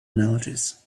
analogies